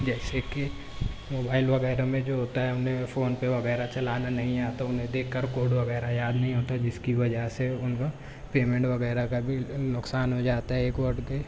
جیسے کہ موبائل وغیرہ میں جو ہوتا ہے انہیں فون پے وغیرہ چلانا نہیں آتا انہیں دیکھ کر کوڈ وغیرہ یاد نہیں ہوتا جس کی وجہ سے انہیں پیمنٹ وغیرہ کا بھی نقصان ہو جاتا ہے ایک بار